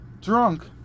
Drunk